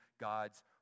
God's